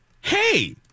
hey